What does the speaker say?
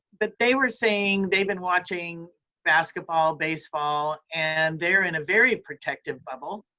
but they were saying they've been watching basketball, baseball, and they're in a very protective bubble